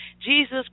Jesus